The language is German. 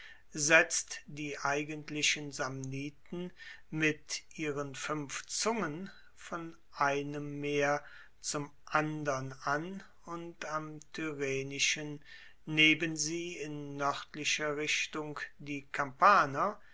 setzt die eigentlichen samniten mit ihren fuenf zungen von einem meer zum andern an und am tyrrhenischen neben sie in noerdlicher richtung die kampaner